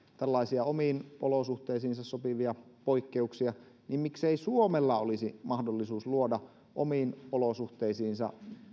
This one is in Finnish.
tällaisia omiin olosuhteisiinsa sopivia poikkeuksia niin miksei suomella olisi mahdollisuus luoda omiin olosuhteisiinsa